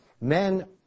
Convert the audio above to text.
men